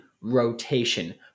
rotation